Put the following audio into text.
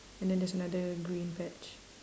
and then there's another green patch